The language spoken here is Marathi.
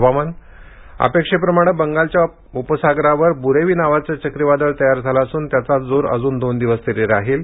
हवामान अपेक्षेप्रमाणे बंगालच्या पसागरावर बुरेवी नावाचं चक्रीवादळ तयार झालं असून त्याचा जोर अजून दोन दिवस तरी राहील